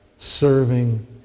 Serving